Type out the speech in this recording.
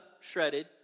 shredded